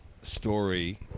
story